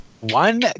One